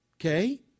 okay